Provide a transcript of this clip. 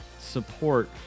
support